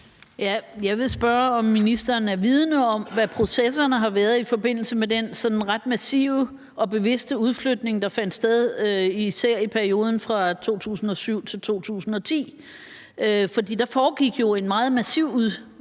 Jeg vil spørge, om ministeren er vidende om, hvad processerne har været i forbindelse med den sådan ret massive og bevidste udflytning, der fandt sted især i perioden fra 2007 til 2010, for der foregik jo en meget massiv udflytning